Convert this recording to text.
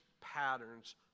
patterns